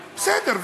בסדר.